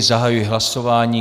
Zahajuji hlasování.